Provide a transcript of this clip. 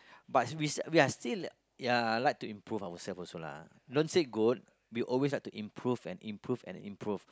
but we still we we are still ya like to improve ourselves also lah don't say good we always like to improve and improve and improve